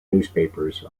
newspapers